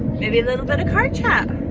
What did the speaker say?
maybe a little bit of car chat